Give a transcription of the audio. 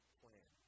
plan